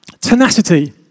Tenacity